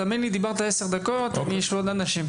תאמין לי, דיברת 10 דקות יש עוד אנשים.